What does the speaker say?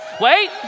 wait